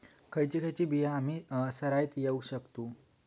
खयची खयची बिया आम्ही सरायत लावक शकतु?